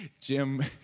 Jim